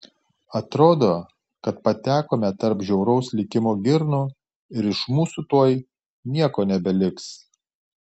atrodo kad patekome tarp žiauraus likimo girnų ir iš mūsų tuoj nieko nebeliks